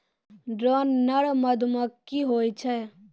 drone नर मधुमक्खी होय छै